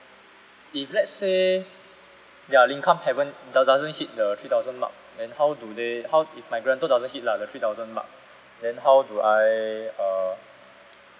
if lets say their income haven't da~ doesn't hit the three thousand mark then how do they how if my guarantor doesn't hit lah the three thousand mark then how do I uh